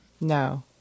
No